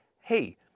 Hey